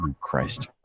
Christ